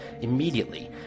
Immediately